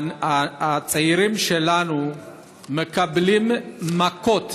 והצעירים שלנו מקבלים מכות